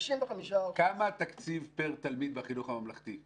כמה תקציב פר תלמיד בחינוך הממלכתי?